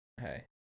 Hey